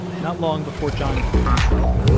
not long before john killed himself,